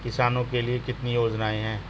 किसानों के लिए कितनी योजनाएं हैं?